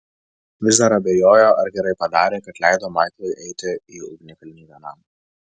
vis dar abejojo ar gerai padarė kad leido maiklui eiti į ugnikalnį vienam